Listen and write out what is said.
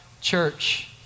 church